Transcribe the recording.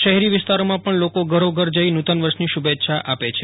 શહેરી વિસ્તારોમાં પણ લોકો ઘરોઘર જઈ નુતન વર્ષની શુભેચ્છા આપે છે